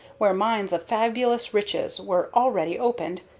where mines of fabulous richness were already opened,